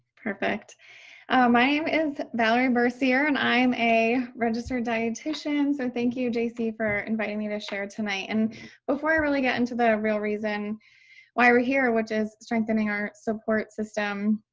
perfect. my name is valerie bercier and i'm a registered dietitian, so and thank you, j c, for inviting me to share tonight. and before i really get into the real reason why we're here, which is strengthening our support system,